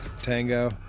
Tango